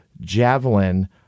javelin